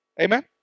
amen